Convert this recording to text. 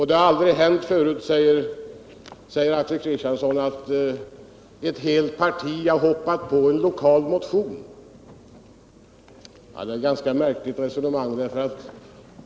Det har aldrig hänt förut, sade han, att ett helt parti har hoppat på en lokal motion. Det är ett ganska märkligt resonemang.